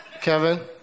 Kevin